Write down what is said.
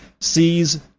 sees